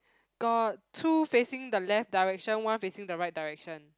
got two facing the left direction one facing the right direction